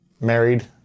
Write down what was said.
married